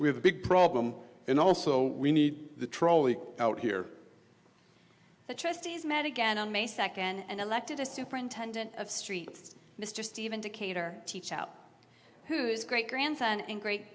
we have a big problem and also we need the trolley out here the trustees met again on may second and elected a superintendent of streets mr stephen decatur teachout whose great grandson and great